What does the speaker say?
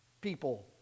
people